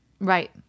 Right